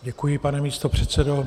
Děkuji, pane místopředsedo.